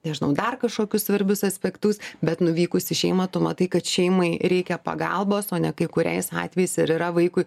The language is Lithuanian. nežinau dar kažkokius svarbius aspektus bet nuvykus į šeimą tu matai kad šeimai reikia pagalbos o ne kai kuriais atvejais ir yra vaikui